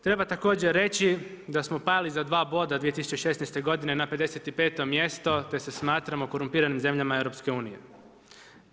Treba također reći da smo pali za dva boda 2016. godine na 55. mjesto te se smatramo korumpiranim zemljama EU-a.